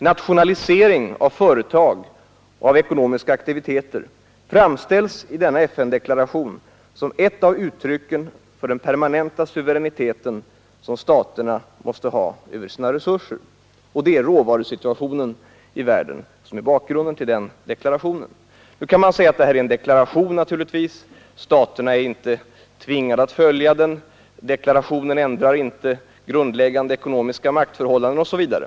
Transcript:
Nationalisering av företag och ekonomiska aktiviteter framställs i denna FN-deklaration som ett av uttrycken för den permanenta suveränitet som staterna måste ha över sina resurser. Det är inte minst råvarusituationen som är bakgrunden till denna deklaration. Det kan naturligtvis sägas att det här är en deklaration som staterna inte är tvingade att följa, att deklarationen inte ändrar grundläggande ekonomiska maktförhållanden osv.